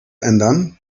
ändern